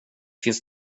finns